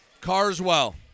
Carswell